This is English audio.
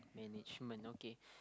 management okay